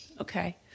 Okay